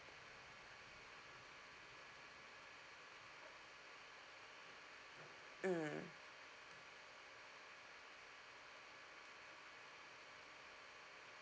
mm